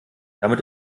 damit